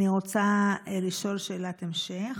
אני רוצה לשאול שאלת המשך.